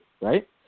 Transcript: right